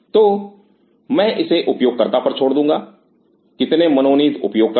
तो मैं इसे उपयोगकर्ता पर छोड़ दूंगा कितने मनोनीत उपयोगकर्ता